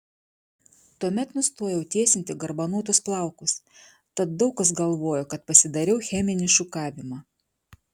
tuomet nustojau tiesinti garbanotus plaukus tad daug kas galvojo kad pasidariau cheminį šukavimą